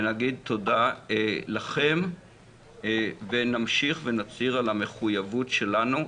ונגיד תודה לכם ונמשיך ונצהיר על המחויבות שלנו,